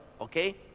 Okay